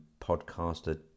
podcaster